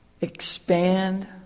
expand